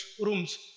rooms